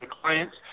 clients